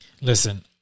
Listen